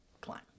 climb